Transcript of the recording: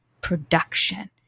production